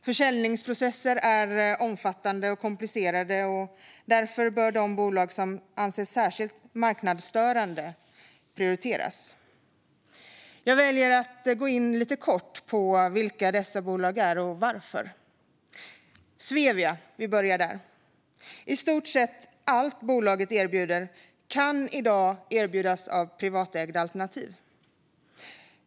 Försäljningsprocesser är omfattande och komplicerade, och därför bör de bolag som anses särskilt marknadsstörande prioriteras. Jag väljer att gå in lite kort på vilka detta är och varför. Vi börjar med Svevia. I stort sett allt bolaget erbjuder kan i dag erbjudas av privatägda alternativ.